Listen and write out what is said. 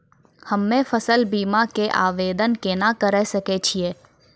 हम्मे फसल बीमा के आवदेन केना करे सकय छियै?